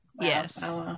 yes